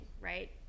right